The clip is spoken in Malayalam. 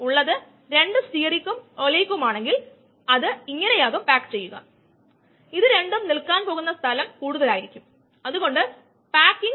അതായത് S t എന്നിവയുടെ തുടർച്ചയായ രണ്ട് ഡാറ്റാ പോയിന്റുകൾ ഉപയോഗിച്ച് ഇതാണ് നമ്മൾ ചെയ്യേണ്ടത് കാരണം നമുക്ക് സബ്സ്ട്രേറ്റ് കോൺസെൻട്രേഷൻ വേഴ്സസ് ടൈം ഉണ്ട്